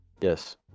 Yes